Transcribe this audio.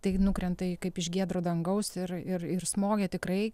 tai nukrenta kaip iš giedro dangaus ir ir ir smogia tikrai